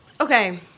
Okay